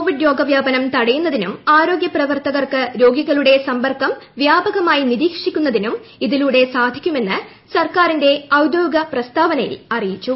Covid രോഗവ്യാപനം തടയുന്നതിനും ആരോഗ്യ പ്രവർത്തകർക്ക് രോഗികളുടെ വ്യാപകമായി നിരീക്ഷിക്കുന്നതിനും സമ്പർക്കം ഇതിലൂടെ സാധിക്കുമെന്ന് സർക്കാരിന്റെ ഔദ്യോഗിക പ്രസ്താവനയിൽ അറിയിച്ചു